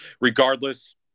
regardless